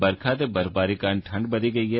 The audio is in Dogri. बरखा ते बर्फबारी कारण ठंड बधी गे ऐ